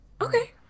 Okay